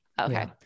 Okay